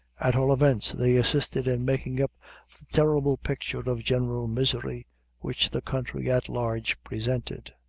at all events, they assisted in making up the terrible picture of general misery which the country at large presented.